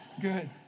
Good